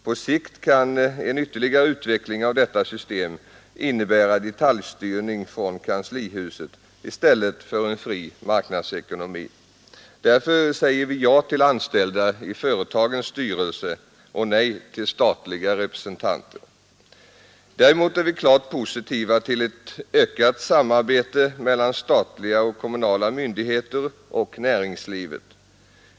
På sikt kan en ytterligare utveckling av detta system innebära detaljstyrning från kanslihuset i stället för en fri marknadsekonomi. Därför säger vi ja till förslaget om anställda i företagens styrelser och nej i fråga om statliga representanter. Här går en klar ideologisk skiljelinje mellan folkpartiet och socialdemokratin. Däremot är vi klart positiva till ett ökat samarbete mellan statliga och kommunala myndigheter och näringslivet.